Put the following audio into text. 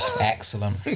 Excellent